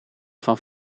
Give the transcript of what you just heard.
van